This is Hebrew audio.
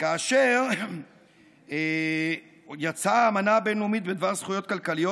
וכאשר יצאה האמנה הבין-לאומית בדבר זכויות כלכליות,